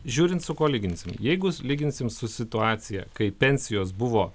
žiūrint su kuo lyginsim jeigu lyginsim su situacija kai pensijos buvo